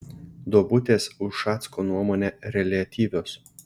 duobutės ušacko nuomone reliatyvios